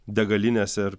degalinėse ir